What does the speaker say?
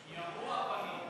ירו אבנים.